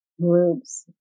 groups